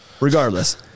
regardless